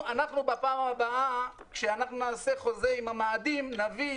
פעם הבאה כשנעשה חוזה עם המאדים נביא